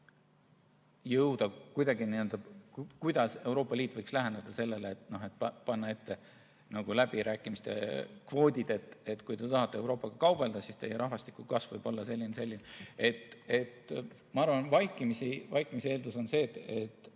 [Ma ei tea,] kuidas Euroopa Liit võiks läheneda sellele. Kas panna läbirääkimistel ette kvoodid, et kui te tahate Euroopaga kaubelda, siis teie rahvastiku kasv võib olla selline ja selline? Ma arvan, et vaikimisi eeldus on see, et